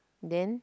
then